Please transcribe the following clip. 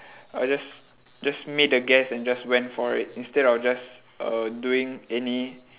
I just just made a guess and just went for it instead of just err doing any